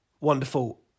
Wonderful